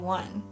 one